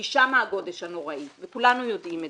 כי שם הגודש הנוראי וכולנו יודעים זאת.